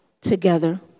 together